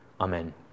Amen